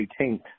18th